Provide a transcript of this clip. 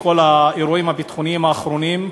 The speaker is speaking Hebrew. את כל האירועים הביטחוניים האחרונים,